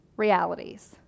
realities